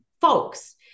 folks